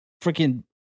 freaking